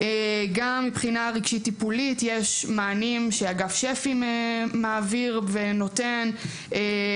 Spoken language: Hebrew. גם מבחינה רגשית-טיפולית יש מענים שאגף שפ"י מעביר ונותן גם